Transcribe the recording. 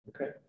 Okay